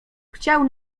chciał